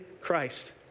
christ